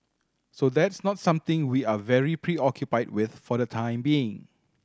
so that's not something we are very preoccupied with for the time being